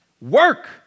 Work